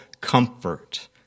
comfort